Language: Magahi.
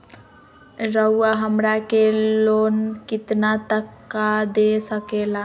रउरा हमरा के लोन कितना तक का दे सकेला?